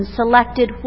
selected